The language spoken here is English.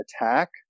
attack